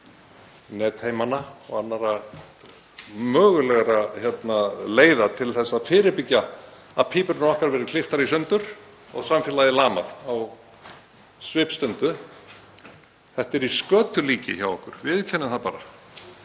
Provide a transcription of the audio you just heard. netheimana og aðrar mögulegar leiðir til að fyrirbyggja að pípurnar okkar verið klipptar í sundur og samfélagið lamað á svipstundu. Þetta er í skötulíki hjá okkur, viðurkennum það bara.